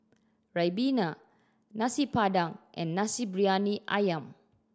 ribena Nasi Padang and Nasi Briyani Ayam